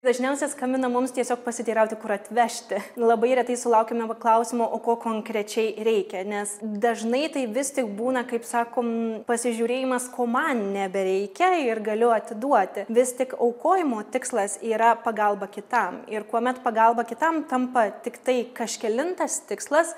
dažniausia skambina mums tiesiog pasiteirauti kur atvežti labai retai sulaukiame va klausimo o ko konkrečiai reikia nes dažnai tai vis tik būna kaip sakom pasižiūrėjimas ko man nebereikia ir galiu atiduoti vis tik aukojimo tikslas yra pagalba kitam ir kuomet pagalba kitam tampa tiktai kažkelintas tikslas